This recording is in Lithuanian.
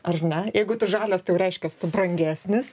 ar ne jeigu tu žalias tai jau reiškias tu brangesnis